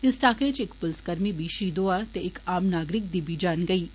इस टाकरे च इक पुलसकर्मी बी षहीद होआ ते इक आम नागरिक दी बी जान गेई ऐ